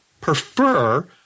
prefer